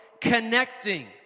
connecting